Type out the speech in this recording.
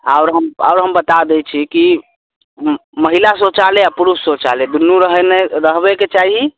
आओर हम आओर हम बता दै छी कि महिला शौचालय आ पुरुष शौचालय दुनू रहने रहबैके चाही